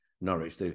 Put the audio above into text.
Norwich